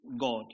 God